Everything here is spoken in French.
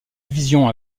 division